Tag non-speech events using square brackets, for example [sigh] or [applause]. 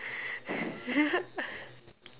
[laughs]